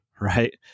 right